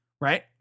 right